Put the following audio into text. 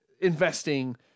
investing –